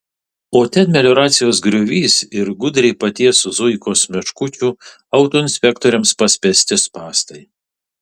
o ten melioracijos griovys ir gudriai paties zuikos meškučių autoinspektoriams paspęsti spąstai